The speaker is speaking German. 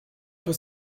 vor